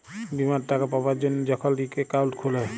বীমার টাকা পাবার জ্যনহে যখল ইক একাউল্ট খুলে